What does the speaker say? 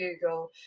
Google